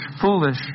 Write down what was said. foolish